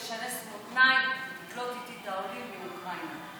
תשנס מותניים ותקלוט איתי את העולים מאוקראינה,